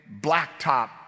blacktop